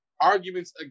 arguments